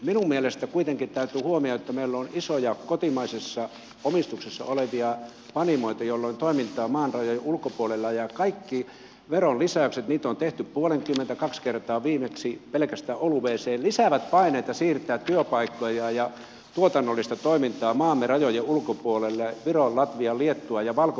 minun mielestäni kuitenkin täytyy huomioida että meillä on isoja kotimaisessa omistuksessa olevia panimoita joilla on toimintaa maan rajojen ulkopuolella ja kaikki veronlisäykset niitä on tehty puolenkymmentä kaksi kertaa viimeksi pelkästään olueen lisäävät paineita siirtää työpaikkoja ja tuotannollista toimintaa maamme rajojen ulkopuolelle viroon latviaan liettuaan ja valko venäjälle